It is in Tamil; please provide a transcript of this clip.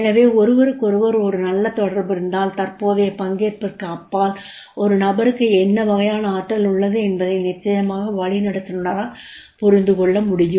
எனவே ஒருவருக்கொருவர் ஒரு நல்ல தொடர்பு இருந்தால் தற்போதைய பங்கேற்பிற்கு அப்பால் ஒரு நபருக்கு என்ன வகையான ஆற்றல் உள்ளது என்பதை நிச்சயமாக வழிநடத்துனரால் புரிந்து கொள்ள முடியும்